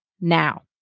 now